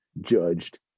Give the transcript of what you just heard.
judged